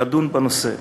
לדון בנושא.